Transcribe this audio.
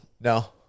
No